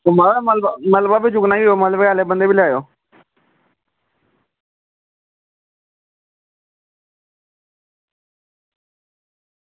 मलबा बी चुक्कना ऐ मलबे आह्ले बंदे बी लेई आयो